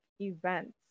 events